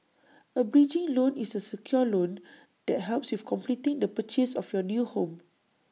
A bridging loan is A secured loan that helps with completing the purchase of your new home